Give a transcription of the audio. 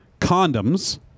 condoms